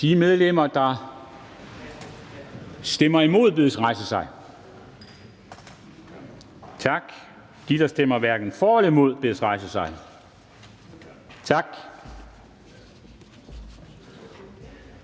De, der stemmer imod, bedes rejse sig. Tak. De, der stemmer hverken for eller imod, bedes rejse sig. Tak.